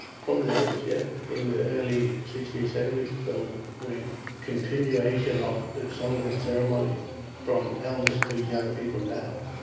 from the elders, yeah. in the early sixties, seventies, so with continuation of the songs and ceremonies from elders to young people now.